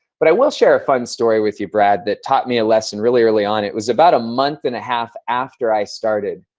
but i will share a fun story with you, brad, that taught me a lesson really early on. it was about a month and a half after i started.